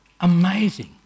amazing